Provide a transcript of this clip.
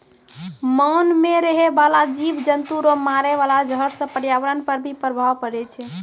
मान मे रहै बाला जिव जन्तु रो मारे वाला जहर से प्रर्यावरण पर भी प्रभाव पड़ै छै